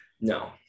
No